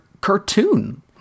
cartoon